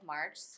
March